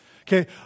okay